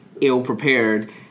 ill-prepared